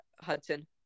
Hudson